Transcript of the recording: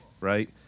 right